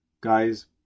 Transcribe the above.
Guys